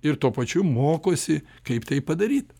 ir tuo pačiu mokosi kaip tai padaryt